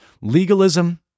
Legalism